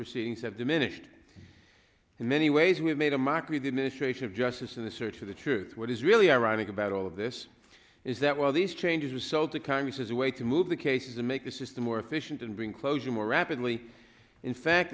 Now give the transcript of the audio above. proceedings have diminished in many ways we have made a mockery of the administration of justice in the search for the truth what is really ironic about all of this is that while these changes were sold to congress as a way to move the cases and make the system more efficient and bring closure more